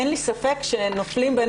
אין לי ספק שנופלים בין